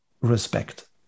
respect